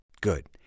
Good